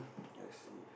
I see